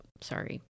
Sorry